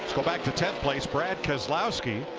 so back to tenth place, brad keselowski.